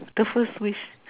the first wish